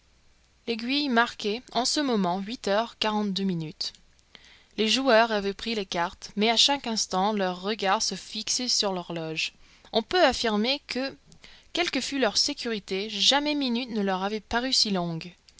l'aiguille marquait en ce moment huit heures quarante-deux minutes les joueurs avaient pris les cartes mais à chaque instant leur regard se fixait sur l'horloge on peut affirmer que quelle que fût leur sécurité jamais minutes ne leur avaient paru si longues